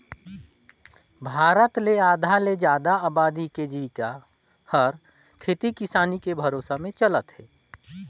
भारत ले आधा ले जादा अबादी के जिविका हर खेती किसानी के भरोसा में चलत हे